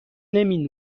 نمی